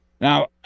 Now